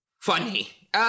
funny